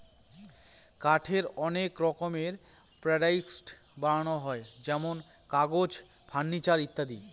কাঠের অনেক রকমের প্রডাক্টস বানানো হয় যেমন কাগজ, ফার্নিচার ইত্যাদি